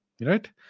Right